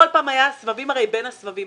כל פעם היו סבבים והיה בין הסבבים.